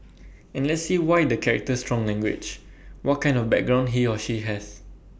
and let's see why the character strong language what kind of background he or she has